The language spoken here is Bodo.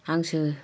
हांसो